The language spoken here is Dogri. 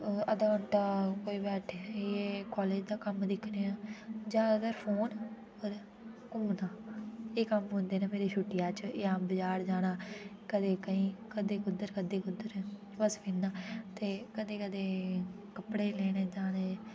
अअ अद्धा अद्धा कोई बैठिये कॉलेज दा कम्म दिक्खने आं जा अगर फ़ोन होन तां एह् कम्म औंदे न मेरी छुट्टिया च जां बाजार जाना कदें केईं कदें कुद्धर कदें कुद्धर बस इ'न्ना ते कदें कदें कपड़े लैने जाने